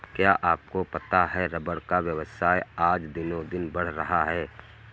क्या आपको पता है रबर का व्यवसाय आज दिनोंदिन बढ़ रहा है?